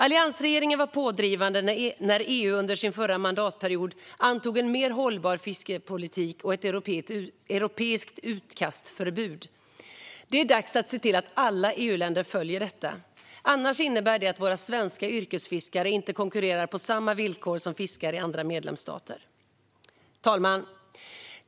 Alliansregeringen var pådrivande när EU under sin förra mandatperiod antog en mer hållbar fiskepolitik och ett europeiskt utkastförbud. Det är dags att se till att alla EU-länder följer detta. Annars innebär det att svenska yrkesfiskare inte konkurrerar på samma villkor som fiskare i andra medlemsstater. Fru talman!